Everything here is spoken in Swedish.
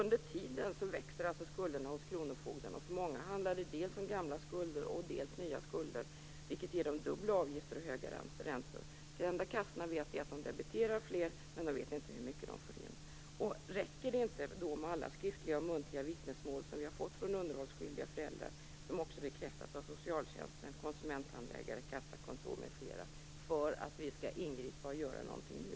Under tiden växer skulderna hos kronofogden. För många handlar det om dels gamla skulder, dels nya skulder, vilket ger dem dubbla avgifter och höga räntor. Det enda kassorna vet är att de debiterar fler, men de vet inte hur mycket de får in. Räcker det då inte med alla skriftliga och muntliga vittnesmål som vi har fått från underhållsskyldiga föräldrar, som också bekräftas av socialtjänsten, konsumenthandläggare, kassakontor m.fl., för att vi skall ingripa och göra någonting nu?